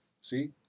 See